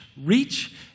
Reach